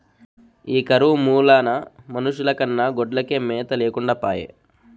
ఈ కరువు మూలాన మనుషుల కన్నా గొడ్లకే మేత లేకుండా పాయె